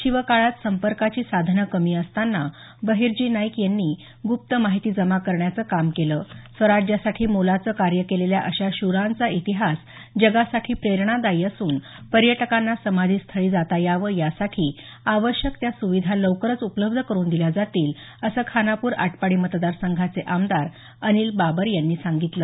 शिवकाळात संपर्काची साधनं कमी असतांना देखील बहिर्जी नाईक यांनी गुप्त माहिती जमा करण्याचं काम केलं स्वराज्यासाठी मोलाचं कार्य केलेल्या अशा शूरांचा इतिहास जगासाठी प्रेरणादायी असून पर्यटकांना समाधी स्थळी जाता यावं यासाठी आवश्यक त्या सुविधा लवकरच उपलब्ध करुन दिल्या जातील असं खानापूर आटपाडी मतदार संघाचे आमदार अनिल बाबर यांनी सांगितलं